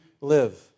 live